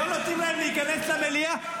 לא נותנים להם להיכנס למליאה.